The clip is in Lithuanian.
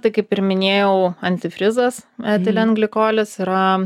tai kaip ir minėjau antifrizas etilenglikolis yra